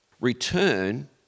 Return